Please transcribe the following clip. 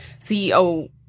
CEO